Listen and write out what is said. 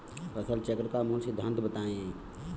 फसल चक्र का मूल सिद्धांत बताएँ?